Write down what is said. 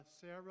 Sarah